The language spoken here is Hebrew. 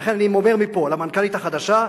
ולכן אני אומר מפה למנכ"לית החדשה: